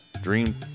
Dream